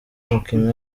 umukinnyi